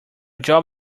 job